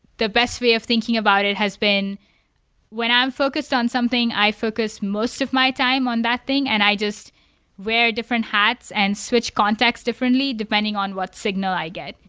the best way of thinking about it has been when i'm focused on something, i focus most of my time on that thing and i just wear different hats and switch context differently depending on what signal i get.